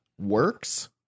Works